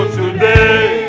today